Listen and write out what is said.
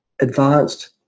advanced